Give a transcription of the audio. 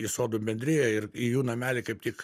į sodų bendriją ir į jų namelį kaip tik